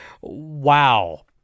Wow